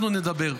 אנחנו נדבר.